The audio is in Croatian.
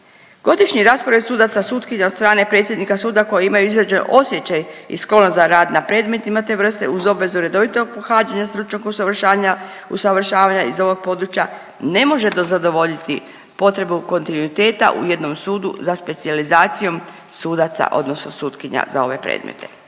Godišnji raspored sudaca, sutkinja od strane predsjednika suda koji imaju izražen osjećaj i sklonost za rad na predmetima te vrste uz obvezu redovitog pohađanja stručnog usavršavanja iz ovog područja ne može dozadovoljiti potrebu kontinuiteta u jednom sudu za specijalizacijom sudaca odnosno sutkinja za ove predmete.